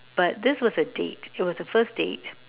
but this was a date it was a first date